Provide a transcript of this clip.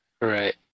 Right